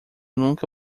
nunca